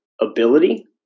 ability